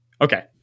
Okay